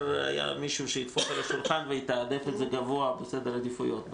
היה מישהו שידפוק על השולחן ויתעדף את זה גבוה בסדר עדיפויות.